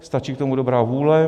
Stačí k tomu dobrá vůle.